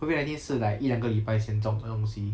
COVID nineteen 是 like 一两个礼拜前中的东西